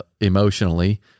emotionally